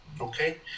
okay